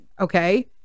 Okay